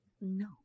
no